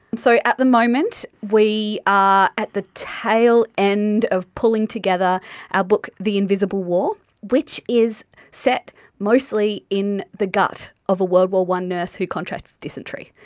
so at the moment we are at the tail end of pulling together our book the invisible war, which is set mostly in the gut of a world war i nurse who contracts dysentery.